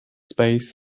space